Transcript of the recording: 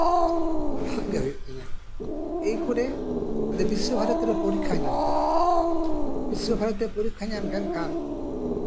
ᱞᱟᱦᱟᱜ ᱜᱮ ᱦᱩᱭᱩᱜ ᱛᱤᱧᱟ ᱮᱭ ᱠᱚᱨᱮ ᱟᱫᱚ ᱵᱤᱥᱥᱚ ᱵᱷᱟᱨᱚᱛᱤ ᱨᱮ ᱯᱚᱨᱤᱠᱠᱷᱟᱧ ᱮᱢ ᱠᱮᱫᱟ ᱵᱤᱥᱥᱚ ᱵᱷᱟᱨᱚᱛᱤᱨᱮ ᱯᱚᱨᱤᱠᱠᱷᱟᱧ ᱮᱢ ᱠᱮᱜ ᱠᱷᱟᱱ